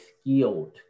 skilled